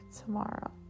tomorrow